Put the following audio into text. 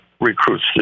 recruits